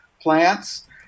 plants